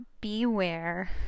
beware